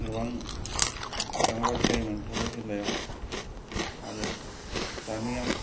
गोबां दाङाबाजि जायोमोन क'क्राझार जिल्लायाव आरो दानिया